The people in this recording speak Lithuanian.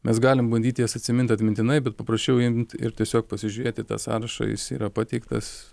mes galim bandyt jas atsimint atmintinai bet paprasčiau imt ir tiesiog pasižiūrėti tą sąrašą jis yra pateiktas